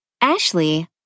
Ashley